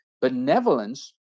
Benevolence